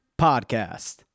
podcast